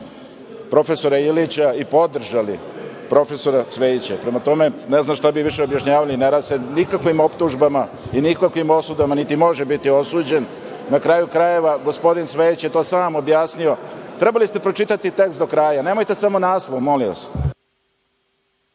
profesora Ilića i podržali profesora Cvejića. Prema tome, ne znam šta bi više objašnjavao, nikakvim optužbama i nikakvim osudama, niti može biti osuđen. Na kraju krajeva, gospodin Cvejić je to sam objasnio. Trebali ste pročitati tekst do kraja, nemojte samo naslov, molim vas.